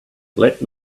let